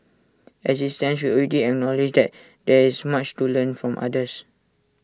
as IT stands we already acknowledge that there is much to learn from others